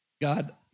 God